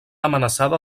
amenaçada